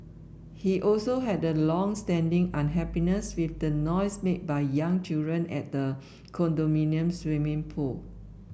he also had a long standing unhappiness with the noise made by young children at the condominium's swimming pool